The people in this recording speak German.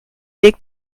weg